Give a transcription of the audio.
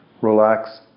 relax